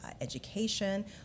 education